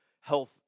health